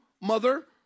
mother